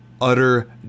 utter